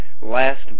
Last